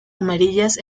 amarillas